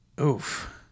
Oof